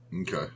Okay